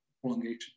prolongation